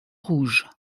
rouges